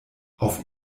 auf